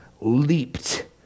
leaped